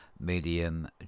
medium